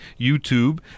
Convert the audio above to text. YouTube